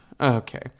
Okay